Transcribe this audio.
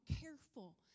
careful